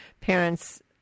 parents